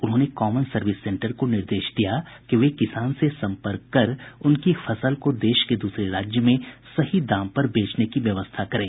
उन्होंने common service centre को निर्देश दिया कि वे किसान से संपर्क कर उनकी फसल को देश के दूसरे राज्य में सही दाम पर बेचने की व्यवस्था करें